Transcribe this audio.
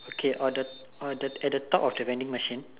okay on the on the at the top of the vending machine